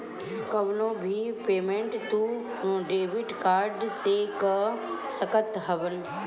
कवनो भी पेमेंट तू डेबिट कार्ड से कअ सकत हवअ